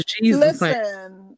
Listen